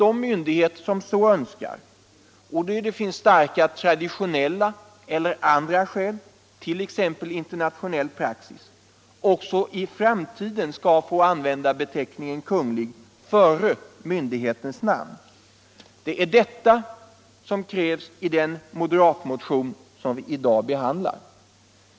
De myndigheter som så önskar, och där det finns starka traditionella eller andra skäl, t.ex. internationell praxis, bör också i framtiden få använda beteckningen Kunglig före myndighetens namn. Det är detta som krävs i den moderatmotion som vi i dag behandlar.